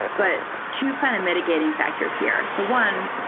but two kind of mitigating factors here. so one,